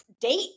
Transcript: date